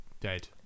dead